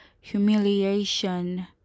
humiliation